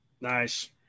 Nice